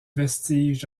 vestiges